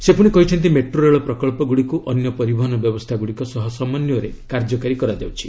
ସେ କହିଛନ୍ତି ମେଟ୍ରୋ ରେଳ ପ୍ରକଳ୍ପଗୁଡ଼ିକୁ ଅନ୍ୟ ପରିବହନ ବ୍ୟବସ୍ଥାଗୁଡ଼ିକ ସହ ସମନ୍ଧୟରେ କାର୍ଯ୍ୟକାରୀ କରାଯାଉଛି